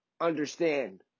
understand